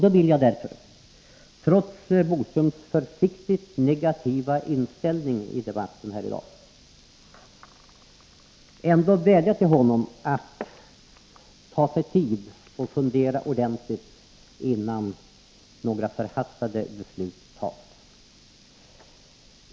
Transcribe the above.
Därför vill jag, trots Curt Boströms försiktigt negativa inställning i debatten här i dag, ändå vädja till honom att ta sig tid att fundera ordentligt innan några förhastade beslut tas.